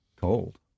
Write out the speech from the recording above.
cold